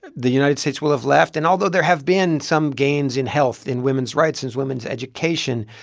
the united states will have left. and although there have been some gains in health, in women's rights and women's education,